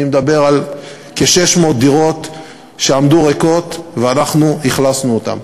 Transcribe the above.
אני מדבר על כ-600 דירות שעמדו ריקות ואנחנו אכלסנו אותן.